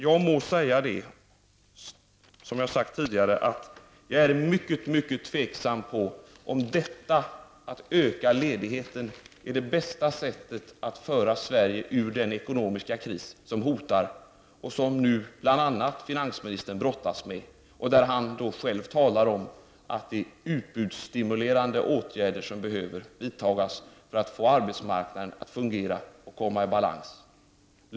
Jag må dock säga, vilket jag gjort tidigare, att jag är mycket tveksam till om åtgärden att öka ledigheten är det bästa sättet att föra Sverige ur den ekonomiska kris som hotar och som nu bl.a. finansministern brottas med. Han har själv talat om att utbudsstimulerande åtgärder behöver vidtas för att man skall få arbetsmarknaden att fungera och komma i balans.